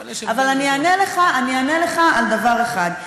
אבל אני אענה לך על דבר אחד,